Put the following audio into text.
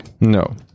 No